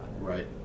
Right